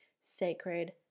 sacred